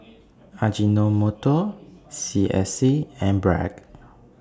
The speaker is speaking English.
Ajinomoto S C S and Bragg